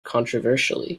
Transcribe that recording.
controversially